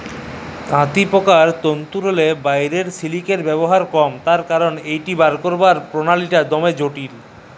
তাঁতিপকার তল্তুরলে বহিরাল সিলিকের ব্যাভার কম তার কারল ইট বাইর ক্যইরবার পলালিটা দমে জটিল